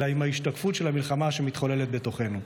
אלא היא השתקפות של המלחמה שמתחוללת בתוכנו.